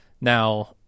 Now